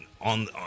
on